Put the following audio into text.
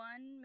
One